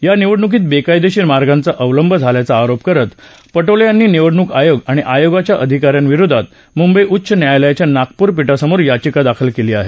या निवडणूकीत बेकायदेशीर मार्गांचा अवलंब झाल्याचा आरोप करत पटोले यांनी निवडणूक आयोग आणि आयोगाच्या अधिका यांविरोधात मुंबई उच्च न्यायालयाच्या नागपूर पीठासमोर याचिका दाखल केली आहे